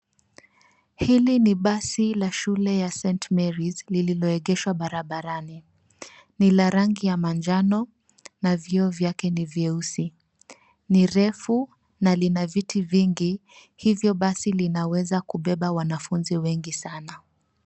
Hili ni basi la shule ya St Mary's lililoegeshwa barabarani. Ni la rangi ya manjano na vyoo vyake ni vyeusi. Ni refu na lina viti vingi hivyo basi linaweza kubeba wanafunzi wengi sana.